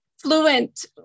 fluent